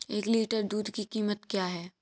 एक लीटर दूध की कीमत क्या है?